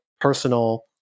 personal